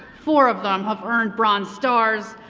four of them have earned bronze stars.